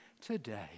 today